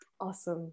Awesome